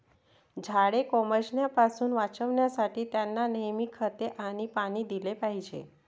झाडे कोमेजण्यापासून वाचवण्यासाठी, त्यांना नेहमी खते आणि पाणी दिले पाहिजे